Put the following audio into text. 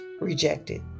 rejected